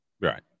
right